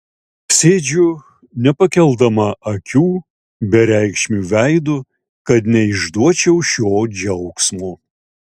sėdžiu nepakeldama akių bereikšmiu veidu kad neišduočiau šio džiaugsmo